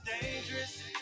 dangerous